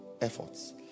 efforts